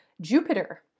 Jupiter